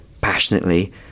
passionately